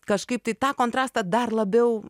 kažkaip tai tą kontrastą dar labiau